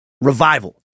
revival